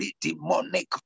demonic